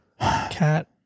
cat